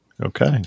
Okay